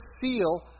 seal